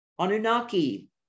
Anunnaki